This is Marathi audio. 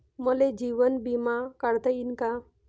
मले जीवन बिमा काढता येईन का?